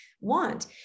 want